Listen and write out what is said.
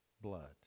blood